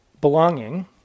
belonging